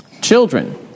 Children